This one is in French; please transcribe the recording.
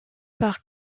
par